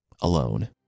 alone